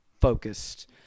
focused